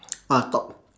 ah top